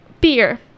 beer